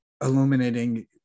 illuminating